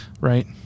right